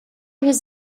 his